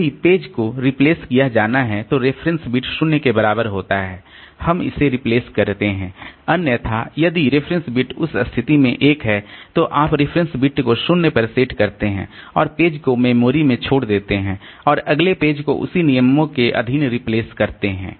यदि पेज को रिप्लेस किया जाना है तो रेफरेंस बिट 0 के बराबर होता है हम इसे रिप्लेस करते हैं अन्यथा यदि रेफरेंस बिट उस स्थिति में 1 है तो आप रेफरेंस बिट को 0 पर सेट करते हैं और पेज को मेमोरी में छोड़ देते हैं और अगले पेज को उसी नियमों के अधीन रिप्लेस करते हैं